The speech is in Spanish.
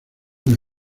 una